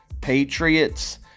Patriots